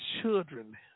children